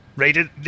Rated